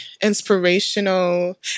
inspirational